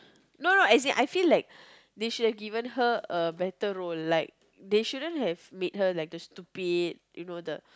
no no as in I feel like they should have given her a better role like they shouldn't have made her like the stupid you know the